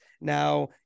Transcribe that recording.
Now